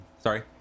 Sorry